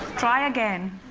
try again.